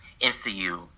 MCU